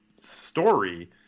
story